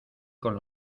con